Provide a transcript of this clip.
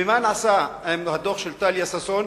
מה נעשה עם הדוח של טליה ששון?